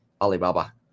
Alibaba